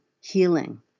healing